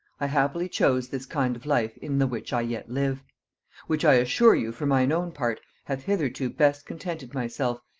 i happily chose this kind of life, in the which i yet live which i assure you for mine own part hath hitherto best contented myself,